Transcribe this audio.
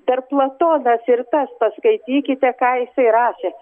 dar platonas ir tas paskaitykite ką jisai rašė